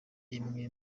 imwe